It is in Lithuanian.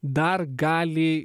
dar gali